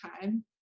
time